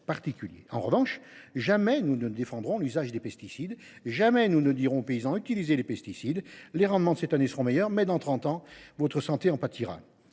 En revanche, jamais nous ne défendrons l’usage des pesticides. Jamais nous ne dirons aux paysans :« Utilisez des pesticides ; les rendements de cette année seront meilleurs, mais dans trente ans votre santé en pâtira.